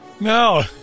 No